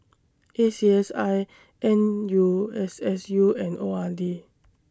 A C S I N U S S U and O R D